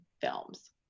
films